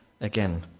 again